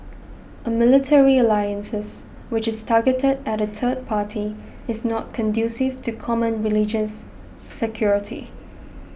a military alliances which is targeted at a third party is not conducive to common religions security